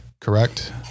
correct